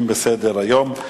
בסדר-היום.